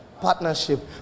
Partnership